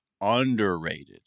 underrated